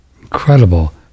incredible